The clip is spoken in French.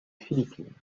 philippines